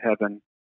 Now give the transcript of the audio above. heaven